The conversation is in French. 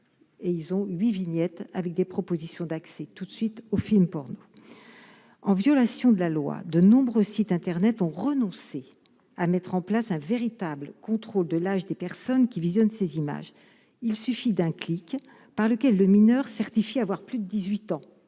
Et ils ont 8 vignettes avec des propositions d'axer tout de suite aux films porno en violation de la loi, de nombreux sites internet ont renoncé à mettre en place un véritable contrôle de l'âge des personnes qui visionne ces images, il suffit d'un clic par lequel le mineur certifie avoir plus de 18 ans,